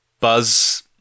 buzz